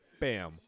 bam